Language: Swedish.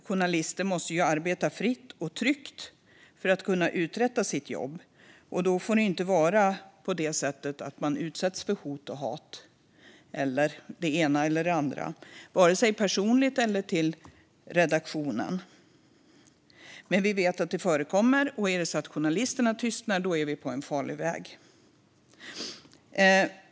Journalister måste få arbeta fritt och tryggt för att kunna uträtta sitt jobb. Då får det inte vara på det sättet att de utsätts för hot och hat, vare sig personligt eller mot redaktionen. Men vi vet att det förekommer. Och om journalisterna tystnar är vi på en farlig väg.